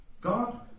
God